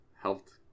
helped